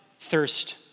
thirst